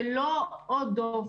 שזה לא עוד דוח,